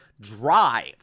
drive